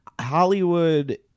Hollywood